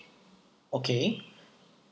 okay